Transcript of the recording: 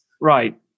Right